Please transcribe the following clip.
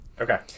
Okay